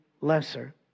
lesser